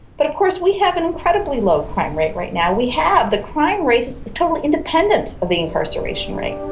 but of course we have an incredibly low crime rate right now. we have, the crime rate is totally independent of the incarceration rate.